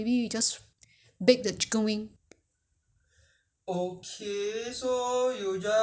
anyway as long as you put coconut in the rice it will be like nasi lemak already lor